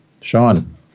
Sean